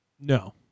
No